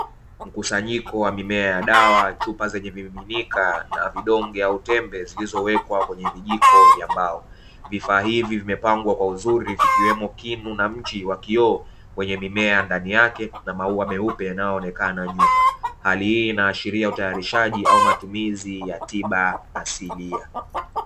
Mkusanyiko wa mimea ya dawa, chupa zenye vimiminika na vidonge au tembe zilizowekwa kwenye vijiko vya mbao. Vifaa hivi vimepangwa kwa uzuri vikiwemo kinu na mchi wa kioo wenye mimea ndani yake, na maua meupe yanayoonekana nyuma. Hali hii inaashiria utayarishaji au matumizi ya tiba asilia.